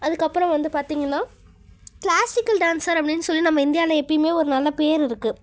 அதுக்கு அப்பறம் வந்து பார்த்திங்கன்னா கிளாசிக்கல் டான்சர் அப்படினு சொல்லி நம்ம இந்தியாவில் எப்போயுமே ஒரு நல்ல பேர் இருக்குது